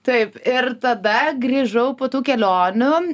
taip ir tada grįžau po tų kelionių